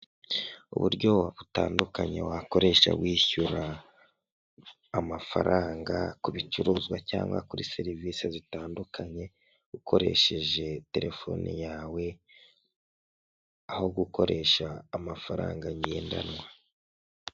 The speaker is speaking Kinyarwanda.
Uburyo butandukanye wakoresha wishyura amafaranga ku bicuruzwa cyangwa kuri serivisi zitandukanye ukoresheje telefone yawe, aho gukoresha amafaranga ngendanwa.